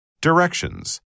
Directions